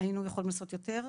שהיינו יכולים לעשות יותר.